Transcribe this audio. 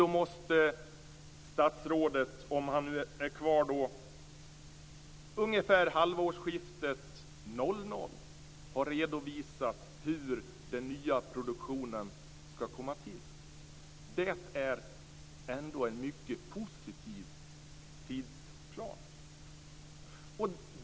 Då måste statsrådet, om han nu är kvar då, ungefär vid halvårsskiftet år 2000 ha redovisat hur den nya produktionen skall gå till. Och detta är ändå en mycket positiv tidsplan.